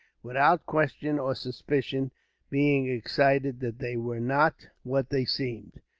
without question or suspicion being excited that they were not what they seemed.